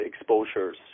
exposures